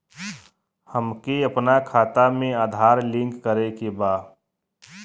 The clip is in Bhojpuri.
हमके अपना खाता में आधार लिंक करें के बा?